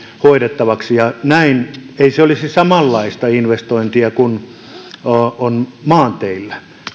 hoidettavaksi ja näin se ei olisi samanlaista investointia kuin on maanteillä